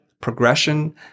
progression